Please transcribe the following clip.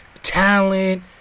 Talent